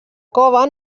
cova